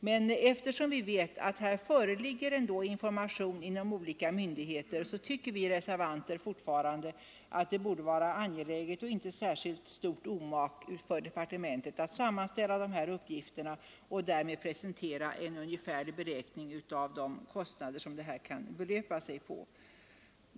Men eftersom vi vet att information i det fallet ges av olika myndigheter, så tycker vi reservanter fortfarande att det borde vara angeläget för departementet att sammanställa uppgifterna, och det behöver inte innebära något särskilt stort omak. Därigenom skulle vi få en ungefärlig beräkning av de kostnader som det här kan röra sig om.